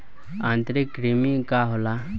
आंतरिक कृमि का होला?